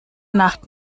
nacht